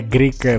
Greek